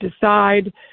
decide